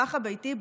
הפח הביתי,